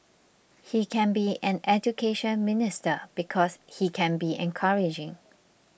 he can be an Education Minister because he can be encouraging